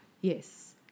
Yes